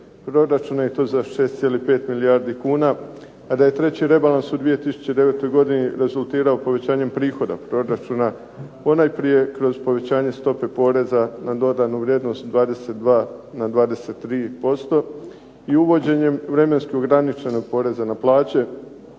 proračuna i to za 6,5 milijardi kuna, a da je treći rebalans u 2009. godini rezultirao povećanjem prihoda proračuna, ponajprije kroz povećanje stope poreza na dodanu vrijednost 22 na 23% i uvođenjem vremenski ograničenog poreza na plaće,